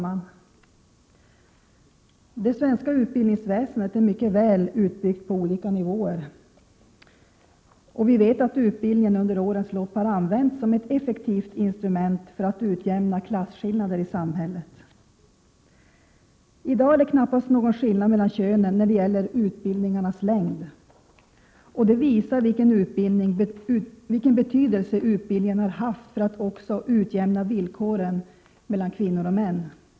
Fru talman! Det svenska utbildningsväsendet är mycket väl utbyggt på olika nivåer. Utbildningen har under årens lopp använts som ett effektivt instrument för att utjämna klasskillnader i samhället. I dag är det knappast någon skillnad mellan könen i fråga om utbildningarnas längd, och det visar vilken betydelse utbildningen har haft för att utjämna också villkoren mellan kvinnor och män.